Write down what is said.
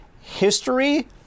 history